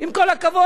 עם כל הכבוד,